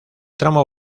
tramo